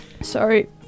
Sorry